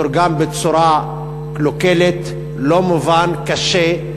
מתורגם בצורה קלוקלת, לא מובן, קשה.